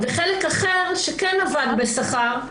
חלק אחר שכן עבד בשכר,